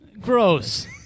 Gross